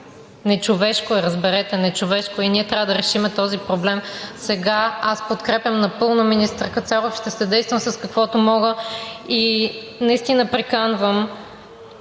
Нечовешко е, разберете, нечовешко е! Ние трябва да решим този проблем сега! Аз подкрепям напълно министър Кацаров, съдействам с каквото мога и наистина приканвам